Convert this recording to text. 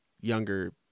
younger